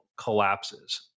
collapses